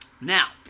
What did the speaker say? Now